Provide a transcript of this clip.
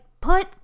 put